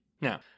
Now